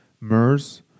MERS